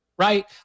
Right